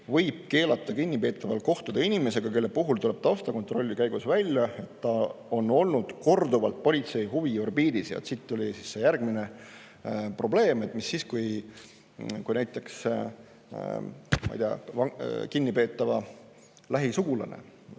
võib keelata kinnipeetaval kohtuda inimesega, kelle puhul tuleb taustakontrolli käigus välja, et ta on olnud korduvalt politsei huviorbiidis. Ja siit tuli järgmine probleem, et mis siis, kui näiteks, ma ei tea, kinnipeetava lähisugulane,